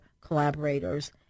collaborators